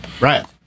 Right